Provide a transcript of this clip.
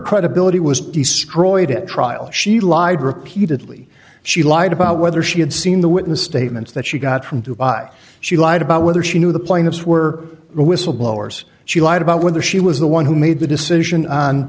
credibility was destroyed it trial she lied repeatedly she lied about whether she had seen the witness statements that she got from dubai she lied about whether she knew the plaintiffs were the whistleblowers she lied about whether she was the one who made the decision on